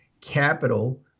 capital